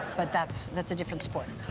but that's that's a different sport.